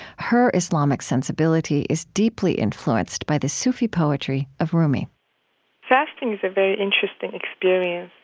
her islamic sensibility is deeply influenced by the sufi poetry of rumi fasting is a very interesting experience.